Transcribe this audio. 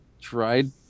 tried